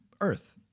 Earth